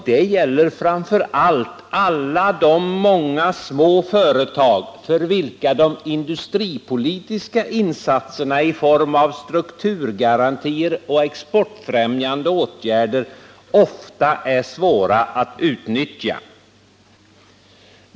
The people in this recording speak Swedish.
Det gäller framför allt de många små företagen, som ofta har svårt att utnyttja de industripolitiska insatserna i form av strukturgarantier och exportfrämjande åtgärder.